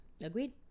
agreed